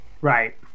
Right